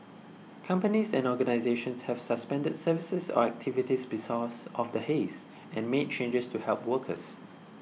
companies and organisations have suspended services or activities of the haze and made changes to help workers